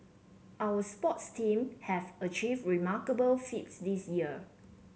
our sports team have achieved remarkable feats this year